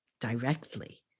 directly